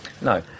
no